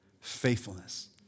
Faithfulness